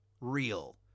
real